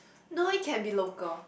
no it can be local